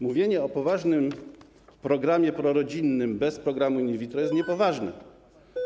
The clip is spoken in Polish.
Mówienie o poważnym programie prorodzinnym bez programu in vitro jest niepoważne.